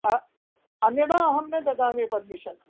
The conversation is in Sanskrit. अन्यदा अहं न ददामि पर्मिशन्